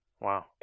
Wow